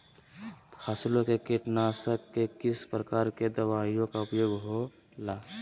फसलों के कीटनाशक के किस प्रकार के दवाइयों का उपयोग हो ला?